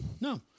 No